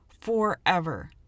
forever